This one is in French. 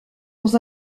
dans